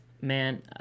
man